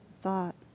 thought